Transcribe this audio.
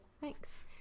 Thanks